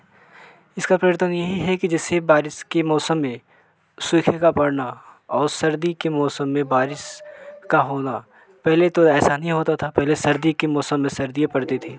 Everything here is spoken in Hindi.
इसका परिवर्तन यही है कि जिससे बारिश के मौसम में सूखे का पड़ना और सर्दी के मौसम में बारिश का होना पहले तो ऐसा नहीं होता था पहले सर्दी के मौसम में सर्दी पड़ती थी